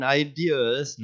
ideas